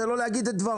תן לו להגיד את דבריו.